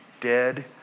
dead